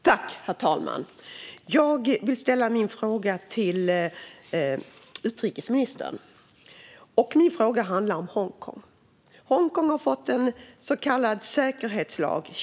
Herr talman! Jag vill ställa min fråga till utrikesministern; den handlar om Hongkong. Hongkong har fått en så kallad säkerhetslag.